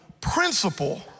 principle